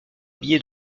billets